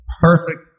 Perfect